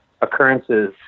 occurrences